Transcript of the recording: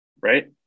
right